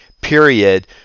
period